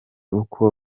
uko